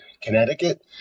Connecticut